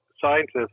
scientists